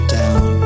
down